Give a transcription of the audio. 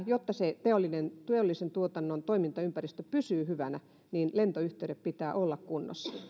jotta teollisen tuotannon toimintaympäristö pysyy hyvänä lentoyhteyksien pitää olla kunnossa